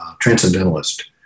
transcendentalist